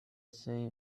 same